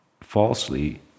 falsely